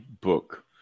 book